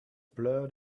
blurred